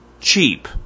cheap